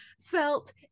felt